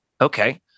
Okay